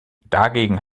dagegen